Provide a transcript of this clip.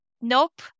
Nope